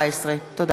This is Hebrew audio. התשע"ה 2014. תודה.